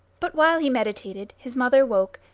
but while he meditated, his mother woke,